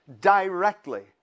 directly